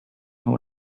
who